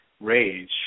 rage